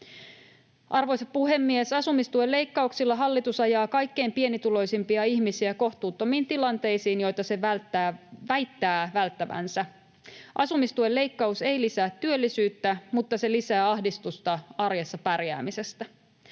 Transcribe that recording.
Arvoisa puhemies! Asumistuen leikkauksilla hallitus ajaa kaikkein pienituloisimpia ihmisiä kohtuuttomiin tilanteisiin, joita se väittää välttävänsä. Asumistuen leikkaus ei lisää työllisyyttä, mutta se lisää ahdistusta arjessa pärjäämisestä.